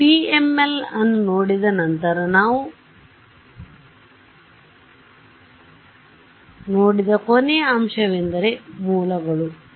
PML ಅನ್ನು ನೋಡಿದ ನಂತರ ನಾವು ನೋಡಿದ ಕೊನೆಯ ಅಂಶವೆಂದರೆ ಮೂಲಗಳು ಸರಿ